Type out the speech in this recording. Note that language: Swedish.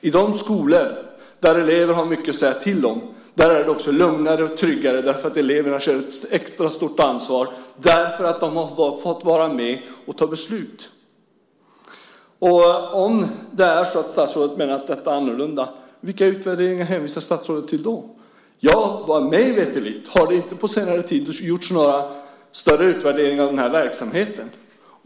I de skolor där eleverna har mycket att säga till om är det också lugnare och tryggare, därför att eleverna känner ett extra stort ansvar när de har fått vara med och fatta beslut. Om det är så att statsrådet menar att detta är annorlunda, vilka utvärderingar hänvisar då statsrådet till? Mig veterligt har det inte på senare tid gjorts några större utvärderingar av den här verksamheten.